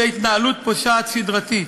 אלא התנהלות פושעת סדרתית.